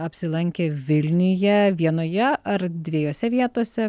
apsilankė vilniuje vienoje ar dviejose vietose